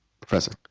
Professor